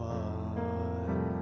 one